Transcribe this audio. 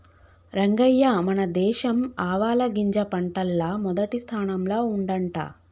రంగయ్య మన దేశం ఆవాలగింజ పంటల్ల మొదటి స్థానంల ఉండంట